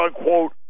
unquote